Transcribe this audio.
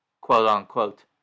quote-unquote